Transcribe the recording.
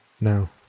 now